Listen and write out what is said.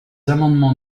amendements